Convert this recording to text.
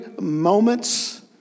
moments